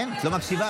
כן, את לא מקשיבה.